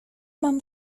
mam